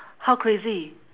how crazy